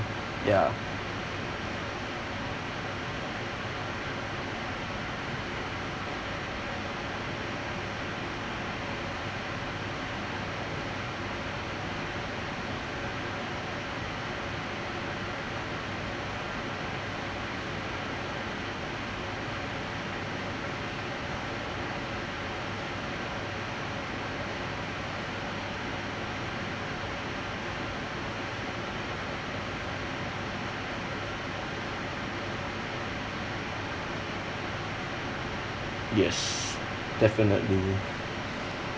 ya yes definitely